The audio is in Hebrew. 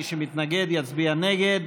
מי שמתנגד יצביע נגד.